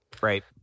Right